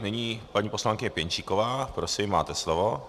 Nyní paní poslankyně Pěnčíková, prosím, máte slovo.